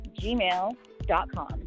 gmail.com